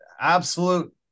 absolute